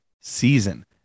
season